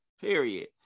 Period